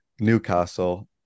Newcastle